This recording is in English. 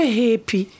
happy